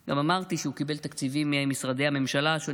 גם אמרתי שהוא קיבל תקציבים ממשרדי הממשלה השונים.